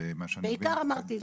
זה